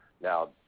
Now